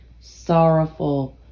sorrowful